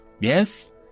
Yes